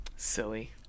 Silly